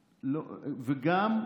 וגם,